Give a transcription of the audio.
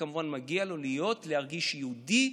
וכמובן מגיע לו להיות ולהרגיש יהודי,